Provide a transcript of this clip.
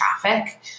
traffic